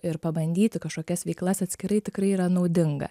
ir pabandyti kažkokias veiklas atskirai tikrai yra naudinga